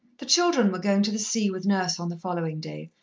the children were going to the sea with nurse on the following day,